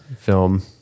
film